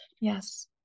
Yes